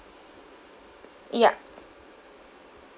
ya